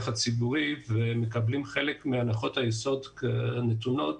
הציבורי ומקבלים חלק מהנחות היסוד הנתונות.